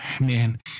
man